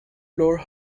floor